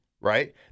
right